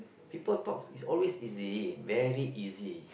people talk is always easy very easy